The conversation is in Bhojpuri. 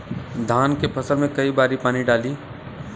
धान के फसल मे कई बारी पानी डाली?